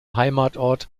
heimatort